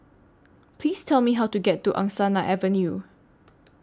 Please Tell Me How to get to Angsana Avenue